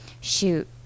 shoot